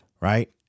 right